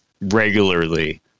regularly